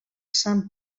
sant